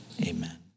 Amen